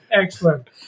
Excellent